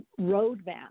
roadmap